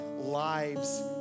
lives